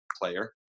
player